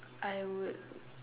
I would